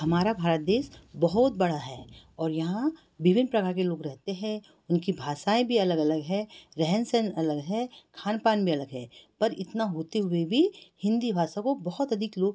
हमारा भारत देश बहुत बड़ा है और यहाँ विभिन्न प्रकार के लोग रहते हैं उनकी भाषाएँ भी अलग अलग हैं रहन सहन अलग है खान पान भी अलग है पर इतना होते हुए भी हिंदी भाषा को बहुत अधिक लोग